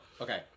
Okay